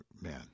man